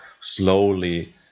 slowly